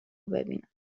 ببینم